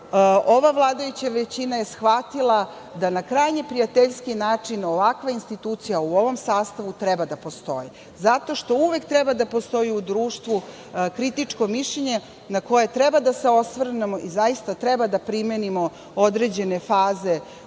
ova vladajuća većina je shvatila da na krajnje prijateljski način ovakva institucija u ovom sastavu treba da postoji, zato što uvek treba da postoji u društvu kritičko mišljenje na koje treba da se osvrnemo i zaista treba da primenimo određene faze